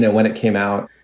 when it came out.